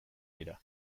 dira